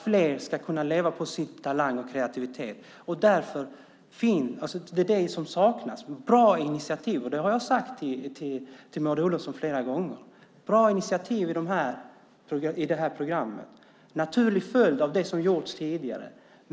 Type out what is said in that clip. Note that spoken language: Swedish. Fler ska kunna leva på sin talang och kreativitet. Det är bra initiativ som saknas. Det har jag sagt till Maud Olofsson flera gånger. Det ska vara en naturlig följd av det som gjorts tidigare.